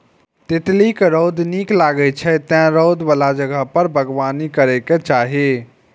तितली कें रौद नीक लागै छै, तें रौद बला जगह पर बागबानी करैके चाही